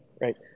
right